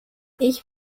ich